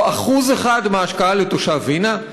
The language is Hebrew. או 1% מההשקעה לתושב וינה?